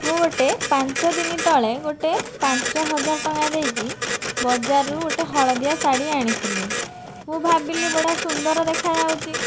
ମୁଁ ଗୋଟିଏ ପାଞ୍ଚ ଦିନ ତଳେ ଗୋଟିଏ ପାଞ୍ଚ ହଜାର ଟଙ୍କା ଦେଇକି ବଜାରରୁ ଗୋଟିଏ ହଳଦିଆ ଶାଢ଼ୀ ଆଣିଥିଲି ମୁଁ ଭାବିଲି ବଢ଼ିଆ ସୁନ୍ଦର ଦେଖାଯାଉଛି